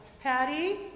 Patty